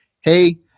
hey